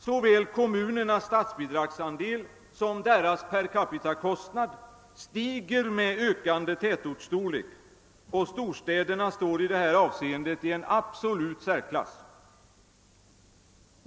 Såväl kommunernas statsbidragsandel som deras Pper-capita-kostnad stiger med ökande tätortsstorlek, och storstäderna står i detta avseende i absolut särklass.